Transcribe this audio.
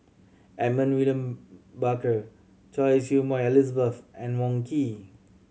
Edmund William Barker Choy Su Moi Elizabeth and Wong Keen